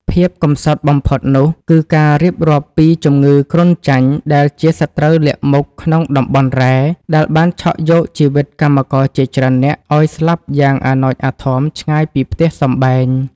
ភាពកំសត់បំផុតនោះ គឺការរៀបរាប់ពីជំងឺគ្រុនចាញ់ដែលជាសត្រូវលាក់មុខក្នុងតំបន់រ៉ែ ដែលបានឆក់យកជីវិតកម្មករជាច្រើននាក់ឱ្យស្លាប់យ៉ាងអាណោចអាធ័មឆ្ងាយពីផ្ទះសម្បែង។